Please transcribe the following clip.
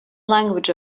language